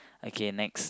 okay next